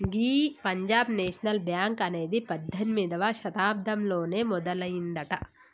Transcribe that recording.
గీ Punjab National Bank అనేది పద్దెనిమిదవ శతాబ్దంలోనే మొదలయ్యిందట